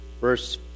verse